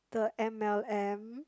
the m_l_m